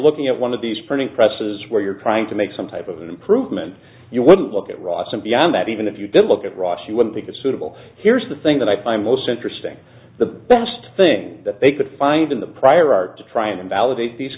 looking at one of these printing presses were you're trying to make some type of improvement you wouldn't look at ross and beyond that even if you did look at ross you wouldn't think it suitable here's the thing that i find most interesting the best thing that they could find in the prior art to try and validate these